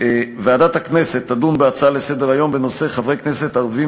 ועדת הכנסת תדון בהצעה לסדר-יום בנושא: חברי כנסת ערבים